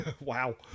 Wow